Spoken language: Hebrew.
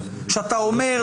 שאתה אומר,